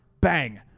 Bang